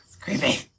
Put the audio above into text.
creepy